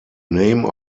name